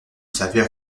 savait